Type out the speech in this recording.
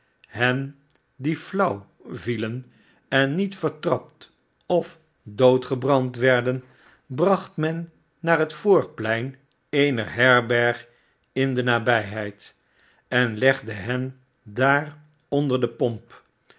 hen dieflauw vielen en niet vertrapt of doodgebrand werden bracht men naar het voorplein eener herberg in de nabijheid en legde hen daar onder de pomp